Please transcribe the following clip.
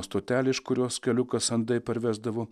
stotelė iš kurios keliukas andai parvesdavo